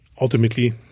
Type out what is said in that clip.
ultimately